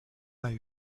vingt